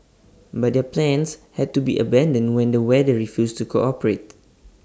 but their plans had to be abandoned when the weather refused to cooperate